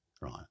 right